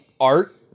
art